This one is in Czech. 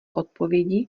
odpovědi